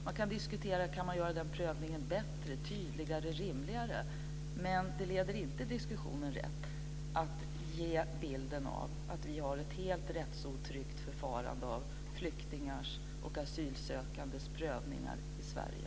Man kan diskutera om man kan göra den prövningen bättre, tydligare och rimligare, men det leder inte diskussionen rätt att ge bilden av att vi har ett helt rättsotryggt förfarande när det gäller flyktingars och asylsökandes prövningar i Sverige.